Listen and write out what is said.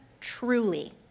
truly